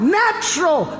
natural